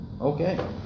okay